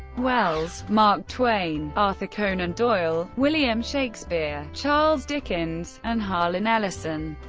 wells, mark twain, arthur conan doyle, william shakespeare, charles dickens, and harlan ellison.